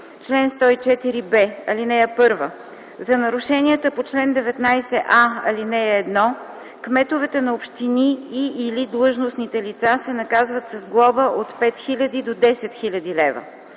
„Чл. 104б (1) За нарушенията по чл. 19а, ал. 1, кметовете на общини и/или длъжностните лица се наказват с глоба от 5000 до 10 000 лв.